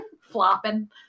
Flopping